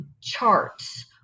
charts